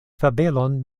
fabelon